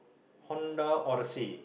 Honda Odyssey